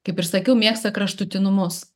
kaip ir sakiau mėgsta kraštutinumus